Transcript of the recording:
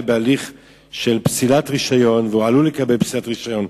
בהליך של פסילת רשיון והוא עלול לקבל פסילת רשיון,